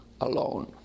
alone